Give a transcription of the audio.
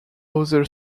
other